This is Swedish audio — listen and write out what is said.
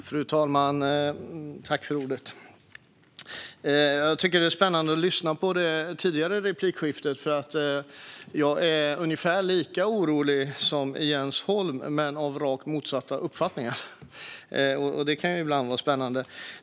Fru talman! Det var spännande att lyssna på det tidigare replikskiftet. Jag är ungefär lika orolig som Jens Holm, men på grund av att jag har rakt motsatt uppfattning. Det kan ibland vara spännande.